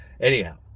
Anyhow